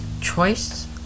choice